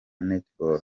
netball